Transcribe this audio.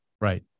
Right